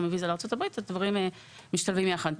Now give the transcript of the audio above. מוויזה לארה"ב והדברים משתלבים יחד.